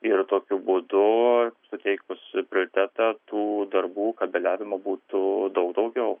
ir tokiu būdu suteikus prioritetą tų darbų kabeliavimo būtų daug daugiau